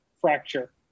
fracture